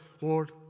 Lord